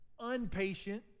unpatient